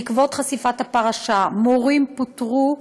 בעקבות חשיפת הפרשה מורים פוטרו,